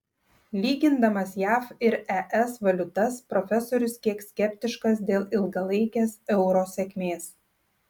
lygindamas jav ir es valiutas profesorius kiek skeptiškas dėl ilgalaikės euro sėkmės